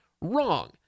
Wrong